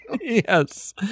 yes